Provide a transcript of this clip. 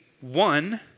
one